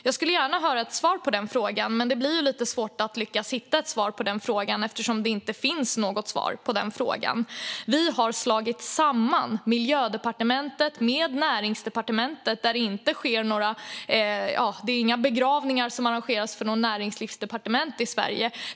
Jag skulle gärna höra ett svar på den frågan, men det blir lite svårt att hitta eftersom det inte finns något. Vi har slagit samman Miljödepartementet med Näringsdepartementet - det arrangeras inga begravningar för något näringslivsdepartement i Sverige.